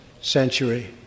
century